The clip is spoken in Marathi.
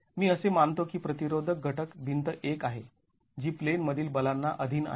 मी असे मानतो की प्रतिरोधक घटक भिंत १ आहे जी प्लेन मधील बलांना अधीन आहे